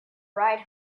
ride